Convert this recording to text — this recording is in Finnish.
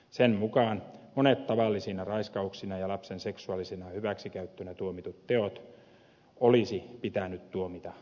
sen mukaan monet tavallisina raiskauksina ja lapsen seksuaalisena hyväksikäyttönä tuomitut teot olisi pitänyt tuomita törkeinä